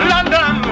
London